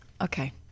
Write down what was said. Okay